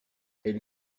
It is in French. elle